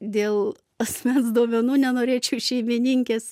dėl asmens duomenų nenorėčiau šeimininkės